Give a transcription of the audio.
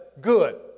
Good